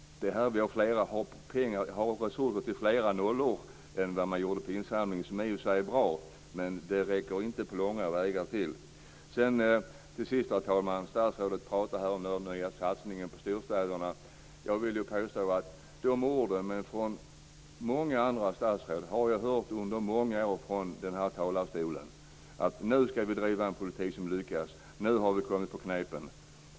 Det är här vi har resurser och kan satsa belopp med fler nollor än vad man gjorde under insamlingen. Det var i och för sig bra, men det räcker inte till på långa vägar. Till sist, herr talman, vill jag säga att statsrådet pratar om den nya satsningen på storstäderna. Jag vill påstå att jag har hört de orden från många andra statsråd från denna talarstol under många år. Man säger att man nu skall driva en politik som lyckas och att man har kommit på knepen.